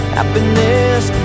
Happiness